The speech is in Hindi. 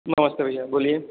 नमस्ते भैया बोलिये